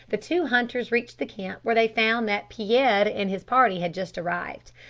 the two hunters reached the camp where they found that pierre and his party had just arrived.